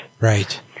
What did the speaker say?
Right